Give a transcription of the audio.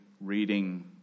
reading